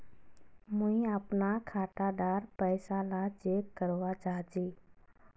मुई अपना खाता डार पैसा ला चेक करवा चाहची?